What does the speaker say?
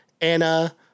Anna